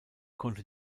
konnte